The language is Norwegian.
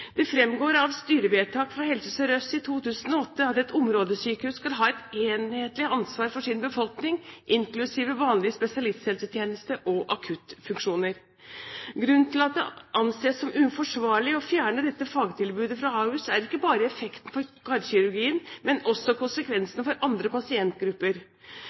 Det fremgår av styrevedtak fra Helse Sør-Øst i 2008 at et områdesykehus skal ha enhetlig ansvar for sin befolkning, inklusiv vanlige spesialisthelsetjenester og akuttfunksjoner. Grunnen til at det anses som uforsvarlig å fjerne dette fagtilbudet fra Ahus, er ikke bare effekten for karkirurgien, men også konsekvensene for andre pasientgrupper.